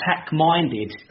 attack-minded